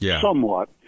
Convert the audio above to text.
somewhat